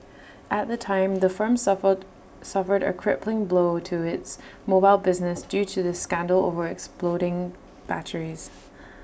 at the time the firm suffered suffered A crippling blow to its mobile business due to the scandal over exploding batteries